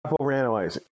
overanalyzing